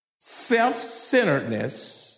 self-centeredness